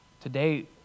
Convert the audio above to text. today